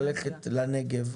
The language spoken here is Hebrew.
ללכת לנגב,